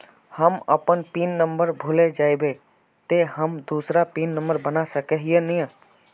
हम अपन pin number भूल जयबे ते हम दूसरा पिन नंबर बना सके है नय?